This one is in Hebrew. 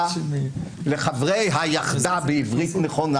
ישראל ועל העתיד שלה עבור הילדים שלהם,